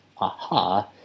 aha